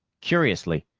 curiously,